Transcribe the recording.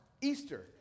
Easter